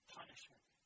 punishment